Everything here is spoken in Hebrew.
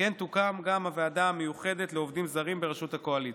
וכן תוקם גם הוועדה המיוחדת לעובדים זרים בראשות הקואליציה.